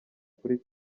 kuri